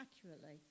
accurately